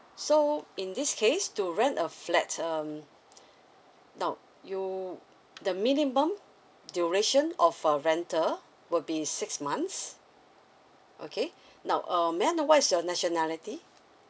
so in this case to rent a flat um now you the minimum duration of a rental will be six months okay now um may I know what is your nationality